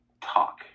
talk